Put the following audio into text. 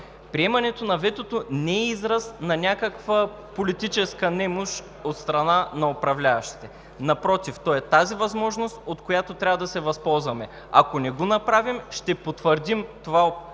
Приемането на ветото не е израз на някаква политическа немощ от страна на управляващите, напротив – то е тази възможност, от която трябва да се възползваме. Ако не го направим, ще потвърдим това убеждение,